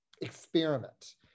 experiment